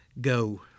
Go